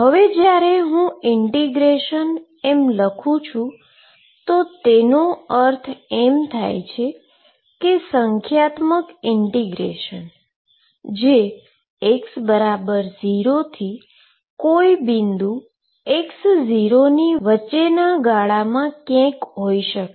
હવે જ્યારે હું ઈન્ટીગ્રેશન એમ કહું છું તેનો અર્થ થાય છે સંખ્યાત્મક ઈન્ટીગ્રેશન જે x0 થી કોઈ બિંદુ x0 ની વચ્ચેના ગાળામાં ક્યાય હોઈ શકે